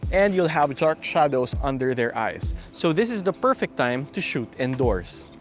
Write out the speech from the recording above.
and you'll have dark shadows under their eyes, so this is the perfect time to shoot indoors.